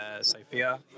Sophia